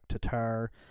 Tatar